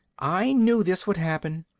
i knew this would happen.